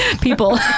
people